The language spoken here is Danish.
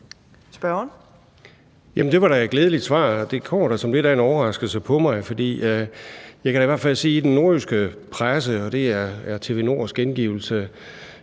det var da et glædelig svar. Det kommer som lidt af en overraskelse for mig, for jeg kan da i hvert fald sige, at i den nordjyske presse – og det er TV Nords gengivelse